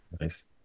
Nice